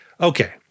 Okay